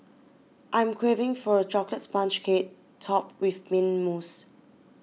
I am craving for a Chocolate Sponge Cake Topped with Mint Mousse